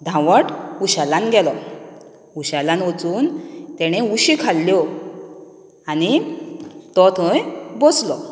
धावट उशेलान गेलो उशेलान वचून तेणें उश्यो खाल्ल्यो आनी तो थंय बसलो